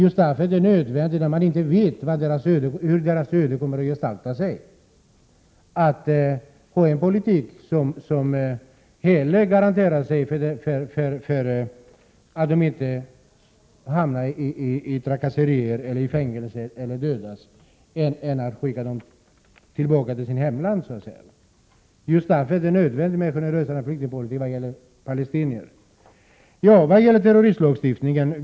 Det är just för att man inte vet hur deras öden kommer att gestalta sig som det är nödvändigt med en generösare flyktingpolitik vad gäller palestinier, en politik som hellre garanterar att de inte utsätts för trakasserier, hamnar i fängelse eller dödas än att skicka dem tillbaka till deras hemland.